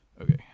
okay